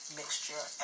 mixture